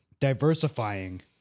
diversifying